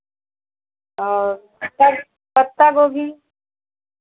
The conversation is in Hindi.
और पत्ता पत्ता गोभी